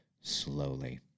slowly